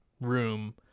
room